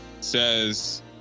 says